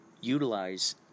utilize